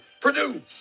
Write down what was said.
Purdue